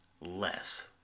less